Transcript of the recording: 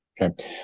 Okay